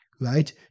right